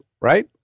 right